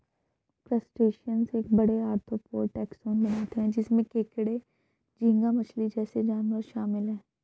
crustaceans एक बड़े, arthropod taxon बनाते हैं जिसमें केकड़े, झींगा मछली जैसे जानवर शामिल हैं